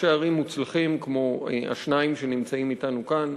ראשי ערים מוצלחים כמו השניים שנמצאים אתנו כאן.